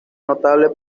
notable